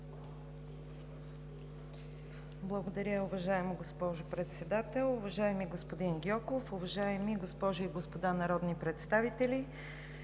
Благодаря, уважаема госпожо Председател. Уважаеми господин Гьоков, уважаеми госпожи и господа народни представители!